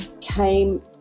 came